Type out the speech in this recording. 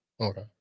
Okay